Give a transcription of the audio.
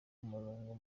umurongo